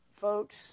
Folks